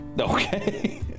Okay